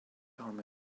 army